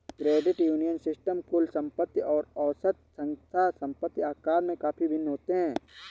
credit union system कुल संपत्ति और औसत संस्था संपत्ति आकार में काफ़ी भिन्न होते हैं